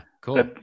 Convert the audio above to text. cool